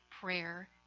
prayer